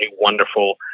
wonderful